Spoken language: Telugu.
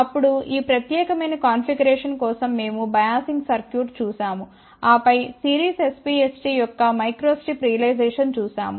అప్పుడు ఈ ప్రత్యేకమైన కాన్ఫిగరేషన్ కోసం మేము బయాసింగ్ సర్క్యూట్ చూశాము ఆపై సిరీస్ SPST యొక్క మైక్రో స్ట్రిప్ రియలైజేషన్ చూశాము